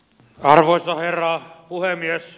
arvoisa herra puhemies